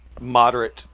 moderate